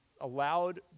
allowed